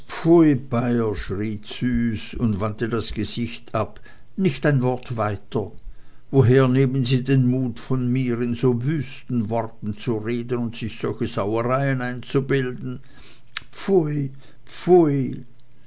und wandte das gesicht ab nicht ein wort weiter woher nehmen sie den mut von mir in so wüsten worten zu reden und sich solche sauereien einzubilden pfui pfui